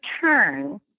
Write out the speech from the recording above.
turn